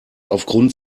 aufgrund